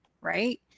right